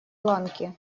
ланки